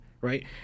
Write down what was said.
right